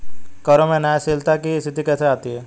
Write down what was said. करों में न्यायशीलता की स्थिति कैसे आती है?